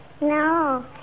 No